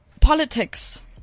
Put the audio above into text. politics